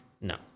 No